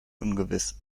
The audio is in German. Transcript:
ungewiss